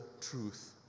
truth